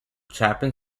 chapin